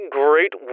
great